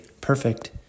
perfect